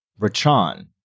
Rachan